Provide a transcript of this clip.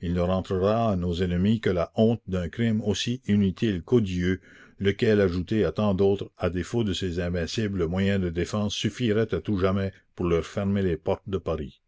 il ne rentrera à nos ennemis que la honte d'un crime aussi inutile qu'odieux lequel ajouté à tant d'autres à défaut de ses invincibles moyens de défense suffirait à tout jamais pour leur fermer les portes de paris